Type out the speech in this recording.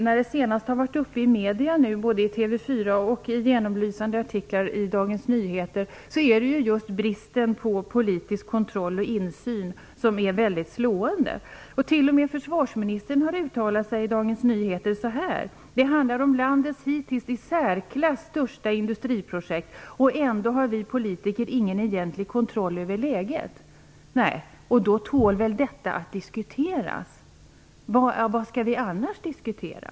När den nu senast har varit uppe i medierna, både i TV 4 och i genomlysande artiklar i Dagens Nyheter, är det just bristen på politisk kontroll och insyn som är mycket slående. T.o.m. försvarsministern har uttalat sig så här i Dagens Nyheter: "Det handlar om landets hittills i särklass största industriprojekt och ändå har vi politiker ingen egentlig kontroll över läget." Då tål väl detta att diskuteras? Vad skall vi annars diskutera?